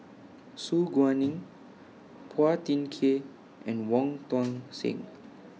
Su Guaning Phua Thin Kiay and Wong Tuang Seng